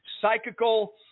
psychical